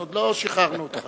אנחנו עוד לא שחררנו אותך.